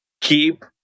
keep